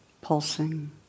pulsing